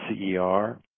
CER